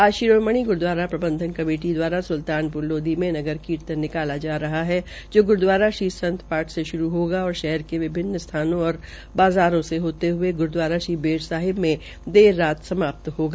आज शिरोमणि ग्रूद्वारा प्रबंधक कमेटी द्वारा सुल्तानपुर लोधी में नगर कीर्तन निकाला जा रहा है जो ग्रूद्वारा श्री संत घाट से श्रू हआ और शहर के विभिन्न स्थानों एवं बाज़ारों से होते हुये गुरूद्वारा श्री बेर साहिब में देर रात समाप्त होगा